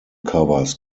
covers